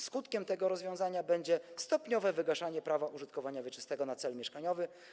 Skutkiem tego rozwiązania będzie stopniowe wygaszanie prawa użytkowania wieczystego na cel mieszkaniowy.